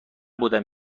بودم